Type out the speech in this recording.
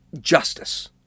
justice